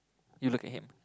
you look at him